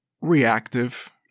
reactive